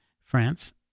France